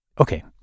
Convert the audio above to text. Okay